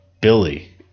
Billy